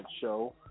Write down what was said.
show